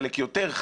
חלק יותר,